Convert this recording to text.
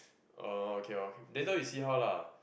uh okay lor later we see how lah